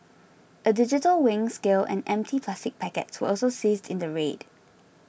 a digital weighing scale and empty plastic packets were also seized in the raid